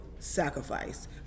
sacrifice